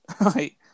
right